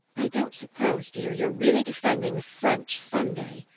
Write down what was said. i don't suppose, dear, you're really defending the french sunday?